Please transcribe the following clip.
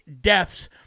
deaths